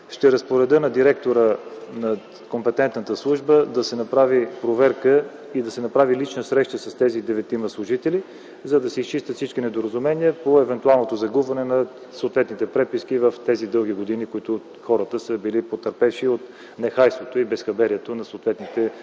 ще разпоредя на директора на компетентната служба да се направи проверка и лична среща с тези деветима служители, за да се изчистят всички недоразумения по евентуалното загубване на съответните преписки в тези дълги години, в които хората са били потърпевши от нехайството и безхаберието на съответните органи,